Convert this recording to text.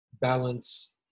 balance